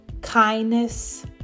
kindness